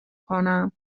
کنم